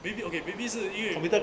maybe okay maybe 是因为有